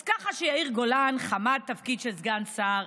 אז ככה שיאיר גולן חמד תפקיד של סגן שר,